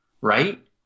right